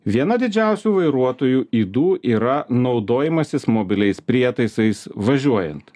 viena didžiausių vairuotojų ydų yra naudojimasis mobiliais prietaisais važiuojant